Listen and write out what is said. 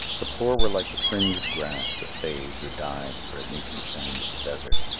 the poor were like the fringe of grass that fades or dies where it meets the sand of the desert.